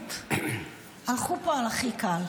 באמת הלכו פה על ההכי קל.